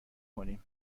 کنیم